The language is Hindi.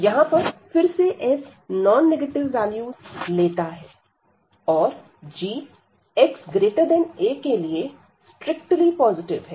यहां पर फिर से f नॉन नेगेटिव वैल्यू लेता है और gxa के लिए स्ट्रिक्टली पॉजिटिव है